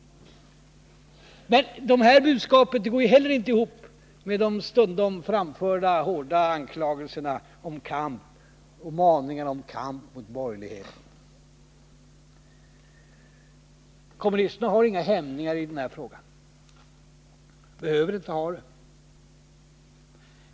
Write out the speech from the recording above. Men det här budskapet går ju inte heller ihop med de stundom framförda hårda anklagelserna och maningarna om kamp mot borgerligheten. Kommunisterna har inga hämningar i den här frågan och behöver inte ha det.